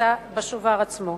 שנמצא בשובר עצמו.